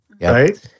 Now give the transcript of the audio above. Right